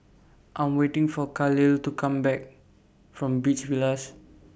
I'm waiting For Khalil to Come Back from Beach Villas